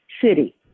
city